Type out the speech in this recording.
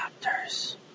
doctor's